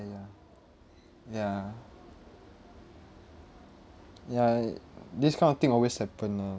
ya ya ya y~ this kind of thing always happen lah